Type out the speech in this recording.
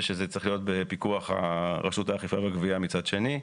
ושזה צריך להיות בפיקוח רשות האכיפה והגבייה מצד שני.